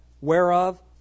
whereof